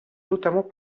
notamment